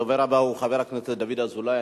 הדובר הבא הוא חבר הכנסת דוד אזולאי,